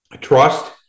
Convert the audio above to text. trust